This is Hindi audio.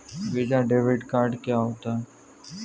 वीज़ा डेबिट कार्ड क्या होता है?